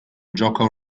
gioca